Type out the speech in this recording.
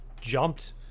jumped